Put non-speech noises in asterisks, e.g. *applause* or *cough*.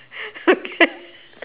*laughs* okay